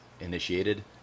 initiated